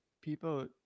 people